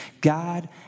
God